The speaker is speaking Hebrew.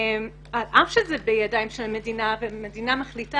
על אף שזה בידי המדינה והמדינה מחליטה